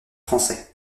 français